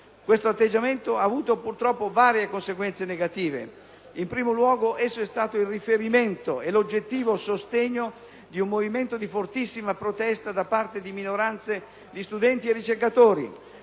Questo atteggiamento ha avuto purtroppo varie conseguenze negative. In primo luogo, esso è stato il riferimento e l'oggettivo sostegno di un movimento di fortissima protesta da parte di minoranze di studenti e ricercatori.